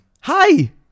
hi